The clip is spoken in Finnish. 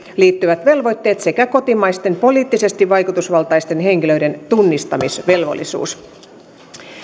liittyvät velvoitteet sekä kotimaisten poliittisesti vaikutusvaltaisten henkilöiden tunnistamisvelvollisuus